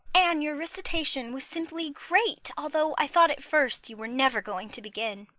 anne, your recitation was simply great, although i thought at first you were never going to begin.